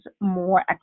more